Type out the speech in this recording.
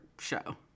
show